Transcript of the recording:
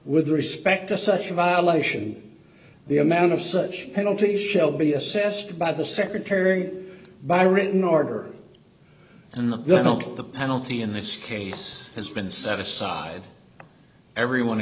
with respect to such a violation the amount of such penalty shall be assessed by the secretary by written order and the good uncle the penalty in this case has been set aside everyone